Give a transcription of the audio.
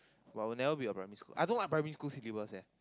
but I'll never be a primary school I don't like primary school syllabus